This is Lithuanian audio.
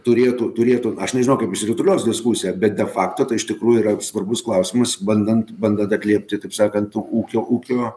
turėtų turėtų aš nežinau kaip išsirutulios diskusija bet de fakto tai iš tikrųjų yra jau svarbus klausimas bandant bandant atliepti taip sakant ūkio ūkio